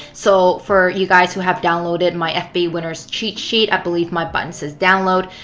so for you guys who have downloaded my fba winners cheat sheet, i believe my button says download.